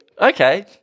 Okay